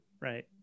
right